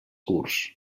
curts